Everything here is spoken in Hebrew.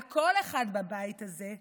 על כל אחד בבית הזה,